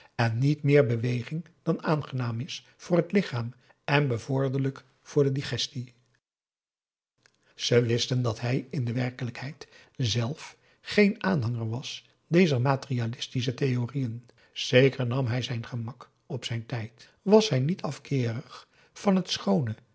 en niet meer beweging dan aangenaam is voor het lichaam en bevorderlijk voor de digestie ze wisten dat hij in de werkelijkheid zelf geen aanhanger was dezer materialistische theorieën zeker nam hij zijn gemak op zijn tijd was hij niet afkeerig van het schoone